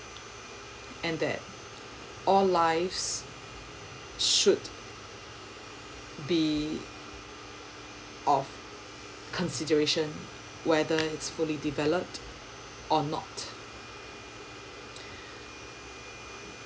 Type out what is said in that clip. and that all lives should be of consideration whether is fully developed or not